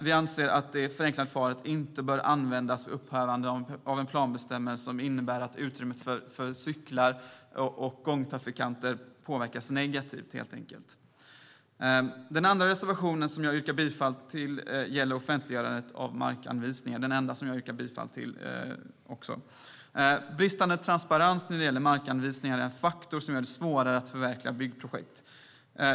Vi anser att det förenklade förfarandet inte bör användas om upphävandet av en planbestämmelse innebär att utrymmet för cyklister och gångtrafikanter påverkas negativt. Den andra reservationen, och den enda jag yrkar bifall till, gäller offentliggörandet av markanvisningar. Bristande transparens när det gäller markanvisningar är en faktor som gör det svårare att förverkliga byggprojekt.